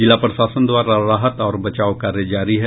जिला प्रशासन द्वारा राहत और बचाव कार्य जारी है